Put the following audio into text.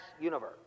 universe